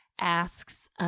asks